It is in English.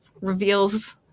reveals